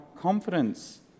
confidence